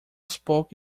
spoke